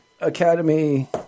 Academy